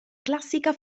classica